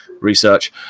research